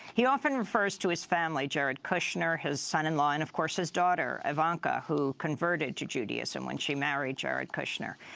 he often refers to his family, jared kushner, his son-in-law, and, of course, his daughter, ivanka, who converted to judaism when she married jared kushner.